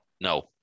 No